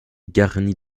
garnies